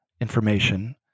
information